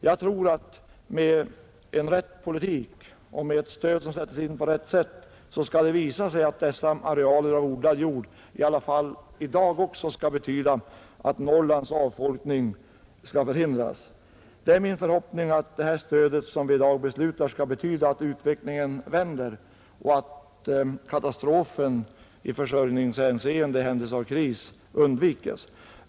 Jag tror att med en rätt politik och med ett stöd som sättes in på rätt sätt skall det visa sig att dessa arealer av odlad jord i alla fall i dag också skall betyda att Norrlands avfolkning förhindras. Det är min förhoppning att det stöd som vi i dag beslutar skall betyda att utvecklingen vänder och att katastrofen i försörjningshänseende i händelse av kris undvikes.